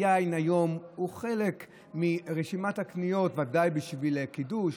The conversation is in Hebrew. היין היום הוא חלק מרשימת הקניות ודאי בשביל הקידוש,